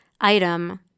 item